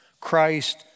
Christ